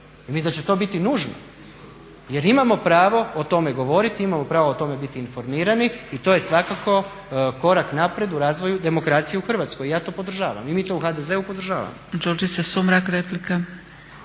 i mislim da će to biti nužno jer imamo pravo o tome govoriti, imamo pravo o tome biti informirani i to je svakako korak naprijed u razvoju demokracije u Hrvatskoj i ja to podržavam i mi to u HDZ-u podržavamo.